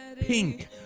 Pink